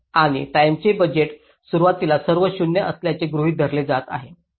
आणि टाईमचे बजेट सुरुवातीला सर्व शून्य असल्याचे गृहित धरले जात आहे